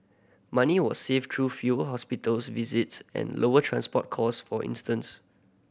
money was saved through few hospitals visits and lower transport costs for instance